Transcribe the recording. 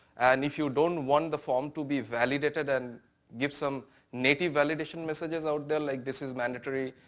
and if you don't want the form to be validated and give some native validation messages out there, like this is mandatory,